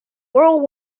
world